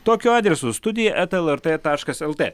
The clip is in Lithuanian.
tokiu adresu studija eta lrt taškas lt